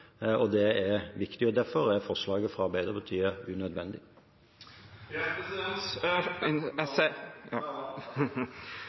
og det er viktig. Derfor er forslaget fra Arbeiderpartiet og Sosialistisk Venstreparti unødvendig. Jeg